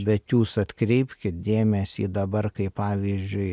bet jūs atkreipkit dėmesį dabar kai pavyzdžiui